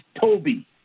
Toby